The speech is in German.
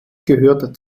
gehört